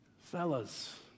Fellas